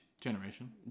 generation